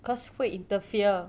because 会 interfere